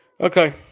Okay